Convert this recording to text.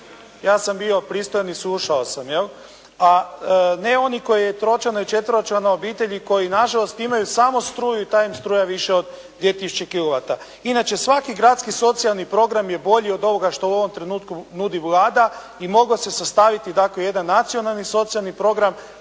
Ja sam bio pristojan i slušao sam! Jel? A ne oni koji tročlanoj i četveročlanoj obitelji koji na žalost imaju samo struju i ta im je struja više od 2000 kilovata. Inače, svaki gradski socijalni program je bolji od ovoga što u ovom trenutku nudi Vlada i moglo se sastaviti, dakle jedan nacionalni socijalni program